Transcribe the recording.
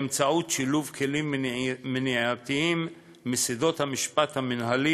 באמצעות שילוב כלים מניעתיים משדות המשפט המינהלי